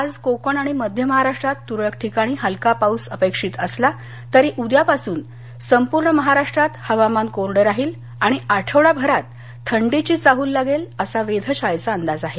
आज कोकण आणि मध्य महाराष्ट्रात तुरळक ठिकाणी हलका पाऊस अपेक्षित असला तरी उद्यापासून संपूर्ण महाराष्ट्रात हवामान कोरडं राहील आणि आठवडाभरात थंडीची चाहल लागेल असा वेध शाळेचा अंदाज आहे